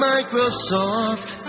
Microsoft